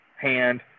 hand